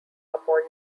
upon